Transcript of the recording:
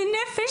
זה נפש,